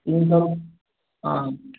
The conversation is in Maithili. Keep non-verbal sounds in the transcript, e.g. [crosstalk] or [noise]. [unintelligible]